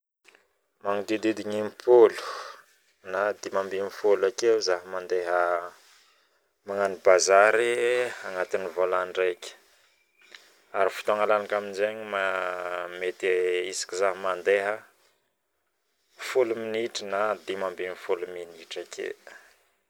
Magnodididgny impolo na indimiambinifolo ake zaho mandeh mangano bazare agnatin volandraiky ary fitoagna laniko aminjegny mety 10 na 15 minitra aje